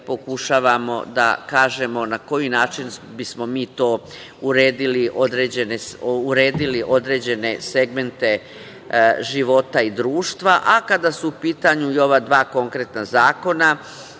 pokušavamo da kažemo na koji način bismo mi uredili određene segmente života i društva. A kada su u pitanju i ova dva konkretna zakona,